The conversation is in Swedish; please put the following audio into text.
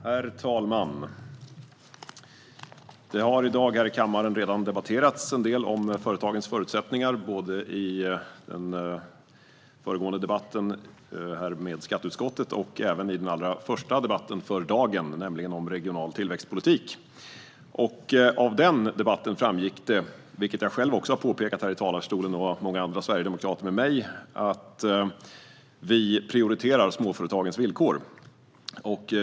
Herr talman! Det har i kammaren i dag redan debatterats en del om företagens förutsättningar. Det gjordes både i den föregående debatten med skatteutskottet och i dagens allra första debatt, då man talade om regional tillväxtpolitik. Av den debatten framgick att Sverigedemokraterna prioriterar småföretagens villkor, vilket jag själv och många andra sverigedemokrater har påpekat tidigare från talarstolen.